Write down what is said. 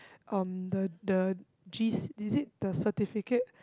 um the the gist is it the certificate